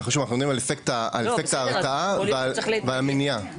אנחנו יודעים על אפקט ההרתעה ועל מניעה.